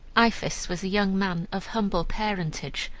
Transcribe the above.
iphis was a young man of humble parentage,